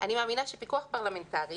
אני מאמינה שפיקוח פרלמנטרי